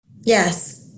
Yes